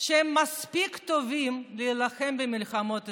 שהם מספיק טובים להילחם במלחמות ישראל,